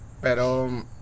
Pero